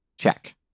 Check